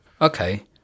Okay